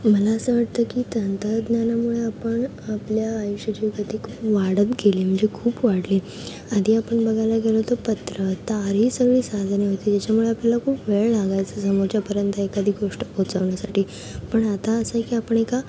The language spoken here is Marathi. मला असं वाटतं की तंत्रज्ञानामुळे आपण आपल्या आयुष्याची गती खूप वाढत गेली म्हणजे खूप वाढली आधी आपण बघायला गेलो तर पत्र तार ही सगळी साधने होती ज्याच्यामुळे आपल्याला खूप वेळ लागायचा समोरच्यापर्यंत एखादी गोष्ट पोहोचवण्यासाठी पण आता असं आहे की आपण एका